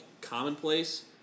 commonplace